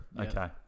Okay